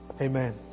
Amen